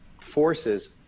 forces